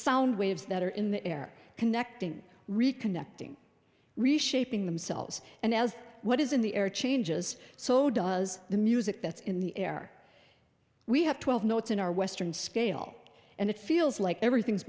sound waves that are in the air connecting reconnecting reshaping themselves and as what is in the air changes so does the music that's in the air we have twelve notes in our western scale and it feels like everything's